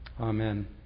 Amen